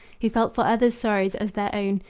who felt for others' sorrows as their own,